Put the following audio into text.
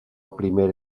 primera